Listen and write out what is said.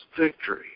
victory